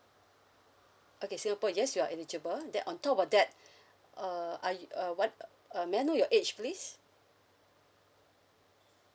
okay singapore yes you are eligible then on top of that uh are you uh what uh uh may I know your age please